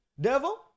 devil